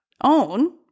own